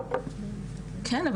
כן,